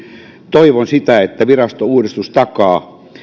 toivon sitä että virastouudistus takaa